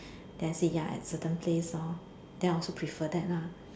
then I said ya at certain place hor then I also prefer that lah